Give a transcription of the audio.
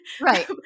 Right